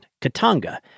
Katanga